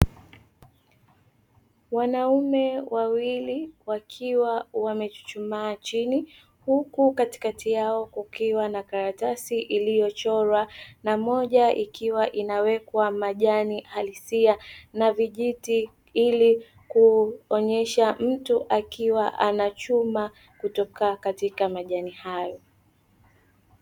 Wanaume wawili wakiwa wamechuchumaa chini, huku katikati yao kukiwa na karatasi; iliyochorwa na moja ikiwa inawekwa majani halisia na vijiti, ili kuonyesha mtu akiwa anachuma kutoka katika majani hayo.